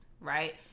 right